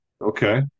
Okay